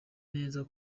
neza